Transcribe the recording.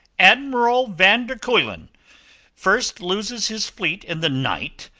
admiral van der kuylen first loses his fleet in the night,